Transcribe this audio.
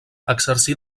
exercí